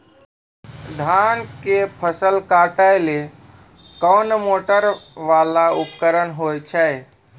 धान के फसल काटैले कोन मोटरवाला उपकरण होय छै?